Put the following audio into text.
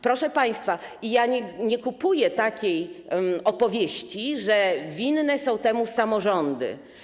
Proszę państwa, ja nie kupuję takiej opowieści, że winne są temu samorządy.